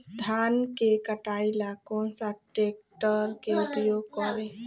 धान के कटाई ला कौन सा ट्रैक्टर के उपयोग करी?